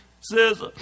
says